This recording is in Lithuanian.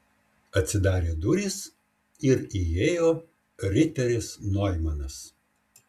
atsidarė durys ir įėjo riteris noimanas